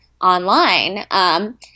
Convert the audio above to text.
online